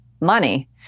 money